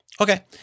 Okay